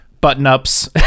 button-ups